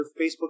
Facebook